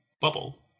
bubble